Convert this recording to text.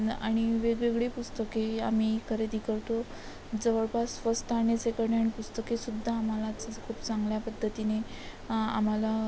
आणि वेगवेगळी पुस्तके आम्ही खरेदी करतो जवळपास फस्ट आणि सेकंड हँड पुस्तकेसुद्धा आम्हालाच खूप चांगल्या पद्धतीने आम्हाला